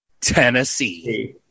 Tennessee